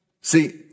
See